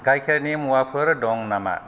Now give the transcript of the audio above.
गाइखेरनि मुवाफोर दं नामा